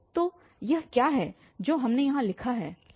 तो यह क्या है जो हमने यहाँ लिखा है